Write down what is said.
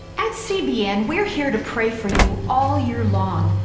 at cbn we're here to pray for you all year long,